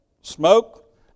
smoke